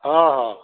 ହଁ ହଁ